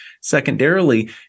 Secondarily